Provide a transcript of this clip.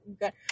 good